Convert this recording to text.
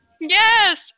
yes